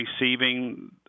receiving